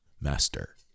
master